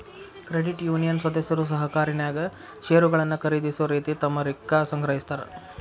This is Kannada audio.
ಕ್ರೆಡಿಟ್ ಯೂನಿಯನ್ ಸದಸ್ಯರು ಸಹಕಾರಿನ್ಯಾಗ್ ಷೇರುಗಳನ್ನ ಖರೇದಿಸೊ ರೇತಿ ತಮ್ಮ ರಿಕ್ಕಾ ಸಂಗ್ರಹಿಸ್ತಾರ್